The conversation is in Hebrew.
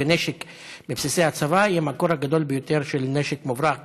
נשק מבסיסי הצבא הוא המקור הגדול ביותר של נשק מוברח,